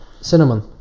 Cinnamon